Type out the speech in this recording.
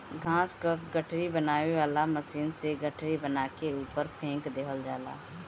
घास क गठरी बनावे वाला मशीन से गठरी बना के ऊपर फेंक देहल जाला